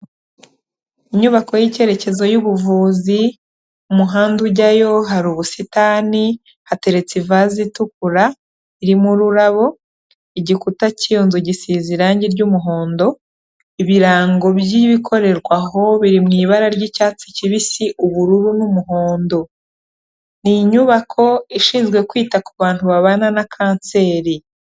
Inyubako y'icyerekezo y'ubuvuzi, umuhanda ujyayo hari ubusitani, hateretse ivaze itukura irimo ururabo, igikuta cy'iyo nzu gisize irangi ry'umuhondo, ibirango by'ibikorerwaho biri mu ibara ry'icyatsi kibisi, ubururu n'umuhondo. Ni inyubako ishinzwe kwita ku bantu babana na kanseri.